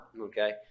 Okay